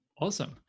Awesome